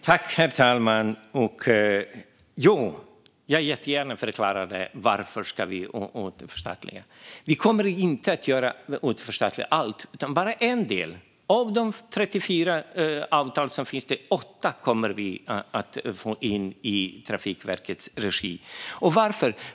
Herr talman! Jag ska jättegärna förklara varför vi ska återförstatliga detta. Vi kommer inte att återförstatliga allt utan bara en del. Av de 34 avtal som finns kommer vi att få in åtta i Trafikverkets egen regi. Varför?